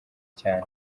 cyane